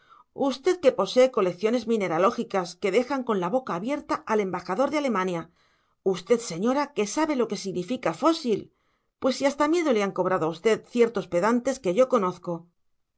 usted que posee colecciones mineralógicas que dejan con la boca abierta al embajador de alemania usted señora que sabe lo que significa fósil pues si hasta miedo le han cobrado a usted ciertos pedantes que yo conozco